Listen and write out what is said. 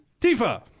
Tifa